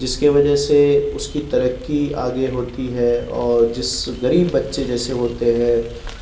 جس کے وجہ سے اس کی ترقی آگے ہوتی ہے اور جس غریب بچے جیسے ہوتے ہیں